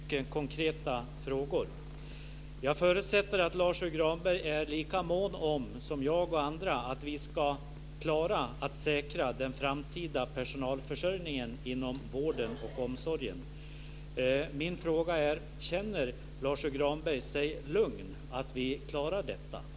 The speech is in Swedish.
Herr talman! Jag skulle vilja koncentrera mig på två mycket konkreta frågor. Jag förutsätter att Lars U Granberg är lika mån som jag och andra om att vi ska klara att säkra den framtida personalförsörjningen inom vården och omsorgen. Min fråga är: Känner Lars U Granberg sig lugn för att vi klarar detta?